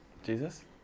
Jesus